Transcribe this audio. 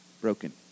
Broken